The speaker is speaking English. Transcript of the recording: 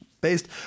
based